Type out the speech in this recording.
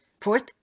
Fourth